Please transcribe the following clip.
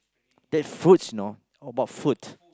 that fruits you know what about food